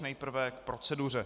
Nejprve k proceduře.